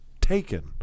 taken